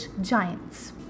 giants